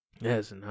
Yes